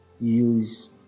use